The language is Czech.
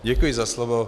Děkuji za slovo.